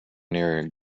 near